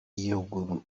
y’igihugu